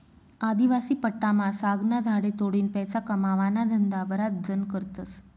आदिवासी पट्टामा सागना झाडे तोडीन पैसा कमावाना धंदा बराच जण करतस